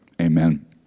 Amen